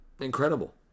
Incredible